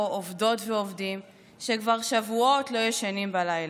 עובדות ועובדים שכבר שבועות לא ישנים בלילה,